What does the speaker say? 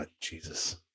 Jesus